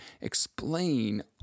explain